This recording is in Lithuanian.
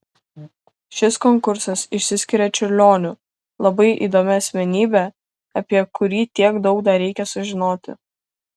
šis konkursas išsiskiria čiurlioniu labai įdomia asmenybe apie kurį tiek daug dar reikia sužinoti